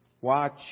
watch